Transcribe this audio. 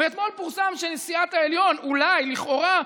ואתמול פורסם שנשיאת העליון, אולי, לכאורה,